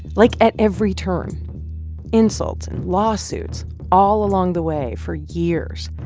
like, at every turn insults and lawsuits all along the way for years.